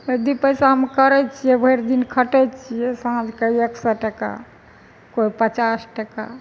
दुइ पैसामे करै छियै भैरि दिन खटै छियै साँझ कऽ एक सए टका कोइ पचास टका